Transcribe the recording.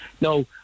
no